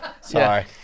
Sorry